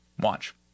Watch